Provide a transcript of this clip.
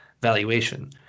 valuation